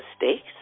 mistakes